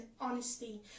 honesty